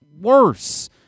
worse